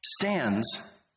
stands